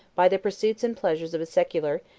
by the pursuits and pleasures of a secular,